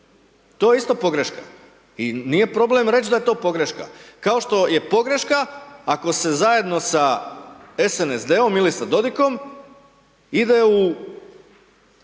to je isto pogreška, i nije problem reći da je to pogreška, kao što je pogreška ako se zajedno sa SNSD-om ili sa Dodikom ide u